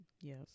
Yes